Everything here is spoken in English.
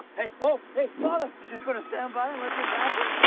hey, whoa, hey, father! you're just gonna stand by and let this happen?